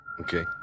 okay